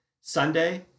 Sunday